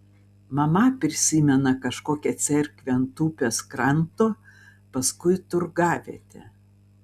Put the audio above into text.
mama prisimena kažkokią cerkvę ant upės kranto paskui turgavietę